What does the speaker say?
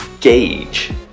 gauge